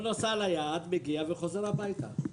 הוא נוסע ליעד, מגיע וחוזר הביתה.